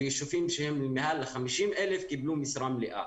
ויישובים שהם מעל ל-50,000 קיבלו משרה מלאה.